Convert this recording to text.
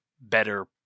better